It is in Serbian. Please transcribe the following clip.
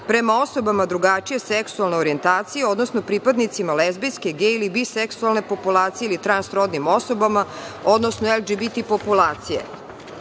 prema osobama drugačije seksualne orijentacije, odnosno pripadnicima lezbejske, gej ili biseksualne populacije ili transrodnim osobama, odnosno LGBT populacije. Naime,